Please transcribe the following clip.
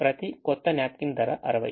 ప్రతి కొత్త napkin ధర 60